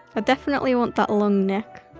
ah definitely want that long neck.